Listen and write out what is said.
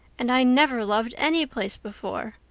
and i never loved any place before.